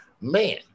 man